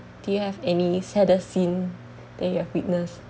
do you have any saddest scene that you have witnessed